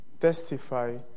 testify